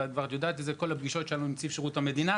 ואת כבר יודעת את זה מכל הפגישות שלנו עם נציב שירות המדינה,